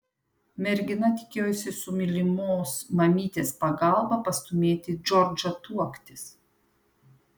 mergina tikėjosi su mylimos mamytės pagalba pastūmėti džordžą tuoktis